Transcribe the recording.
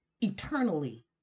eternally